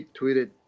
tweeted